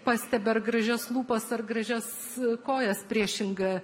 pastebi ar gražias lūpas ar gražias kojas priešinga